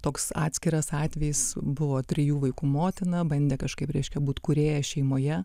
toks atskiras atvejis buvo trijų vaikų motina bandė kažkaip reiškia būt kūrėja šeimoje